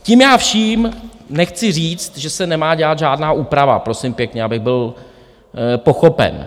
Tím vším nechci říct, že se nemá dělat žádná úprava, prosím pěkně, abych byl pochopen.